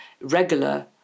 regular